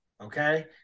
okay